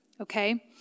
Okay